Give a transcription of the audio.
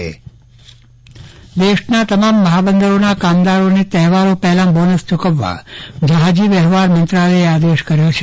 ચંદ્રવદન પટ્ટણી કામદારોને બોનસ દેશના તમામ મહાબંદરોના કામદોરને તહેવારો પહેલા બોનસ ચુકવવા જહાજ વ્યવહાર મંત્રાલયે આદેશ કર્યો છે